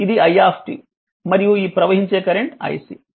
ఇది i మరియు ఈ ప్రవహించే కరెంట్ iC